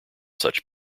such